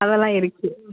அதெல்லாம் இருக்கு